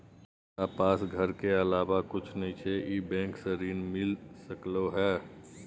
हमरा पास घर के अलावा कुछ नय छै ई बैंक स ऋण मिल सकलउ हैं?